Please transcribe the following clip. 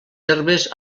herbes